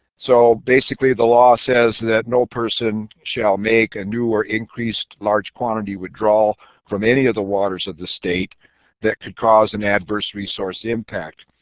so basically the law says that no person shall make a new or increased large quantity withdrawal from any other waters of the state that could cause an adverse resource impact.